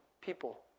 people